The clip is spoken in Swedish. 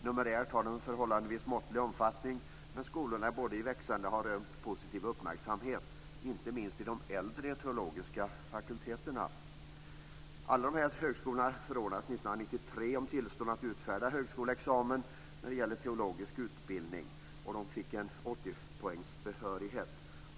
Numerärt har de en förhållandevis måttlig omfattning, men skolorna är både i växande och har rönt positiv uppmärksamhet inte minst i de äldre teologiska fakulteterna. Alla de här högskolorna förordnades 1993 tillstånd att utfärda högskoleexamen för teologisk utbildning. De fick en 80-poängsbehörighet.